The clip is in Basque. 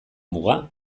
muga